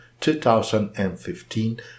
2015